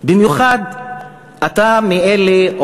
במיוחד אתה מאלה,